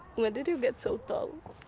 when did you get so tall?